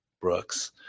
brooks